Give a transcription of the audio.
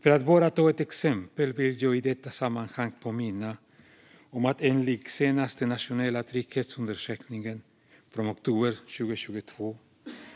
För att bara ta ett exempel vill jag i detta sammanhang påminna om att enligt senaste Nationella trygghetsundersökningen från oktober 2022 känner sig